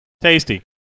Tasty